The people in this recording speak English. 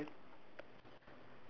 ya it's like the Sandman shirt